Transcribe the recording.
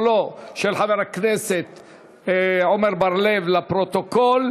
ההצעה להעביר את הצעת חוק שירות המילואים (תיקון,